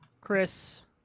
Chris